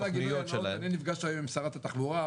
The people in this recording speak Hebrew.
למען הגילוי הנאות אני נפגש היום עם שרת התחבורה,